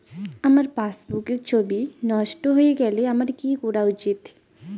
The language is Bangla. আমার পাসবুকের ছবি নষ্ট হয়ে গেলে আমার কী করা উচিৎ?